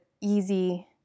easy